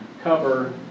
cover